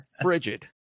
frigid